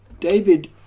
David